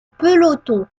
peloton